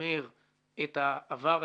ושימר את העבר ההיסטורי,